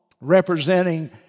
representing